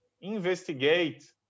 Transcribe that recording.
investigate